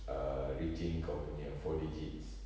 err reaching kau punya four digits